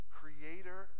creator